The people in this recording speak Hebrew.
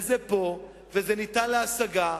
וזה פה, וזה ניתן להשגה,